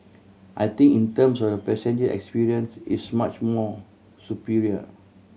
I think in terms of the passenger experience it's much more superior